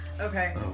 Okay